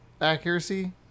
accuracy